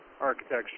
architecture